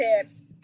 tips